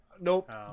nope